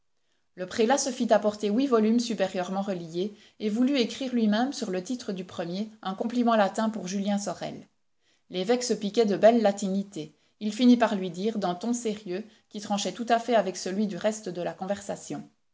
le prélat se fit apporter huit volumes supérieurement reliés et voulut écrire lui-même sur le titre du premier un compliment latin pour julien sorel l'évêque se piquait de belle latinité il finit par lui dire d'un ton sérieux qui tranchait tout à fait avec celui du reste de la conversation